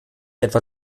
etwa